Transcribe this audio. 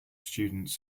students